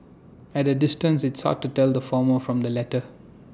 at A distance it's hard to tell the former from the latter